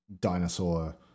dinosaur